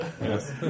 Yes